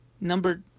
number